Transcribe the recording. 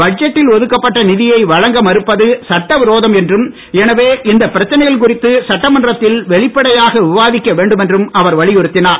பட்ஜெட்டில் ஒதுக்கப்பட்ட நிதியை வழங்க மறுப்பது சட்டவிரோதம் என்றும் எனவே இந்த பிரச்சனைகள் குறித்து சட்டமன்றத்தில் வெளிப்படையாக விவாதிக்க வேண்டும் என்றும் அவர் வலியுறுத்தினார்